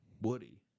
Woody